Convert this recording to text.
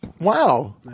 Wow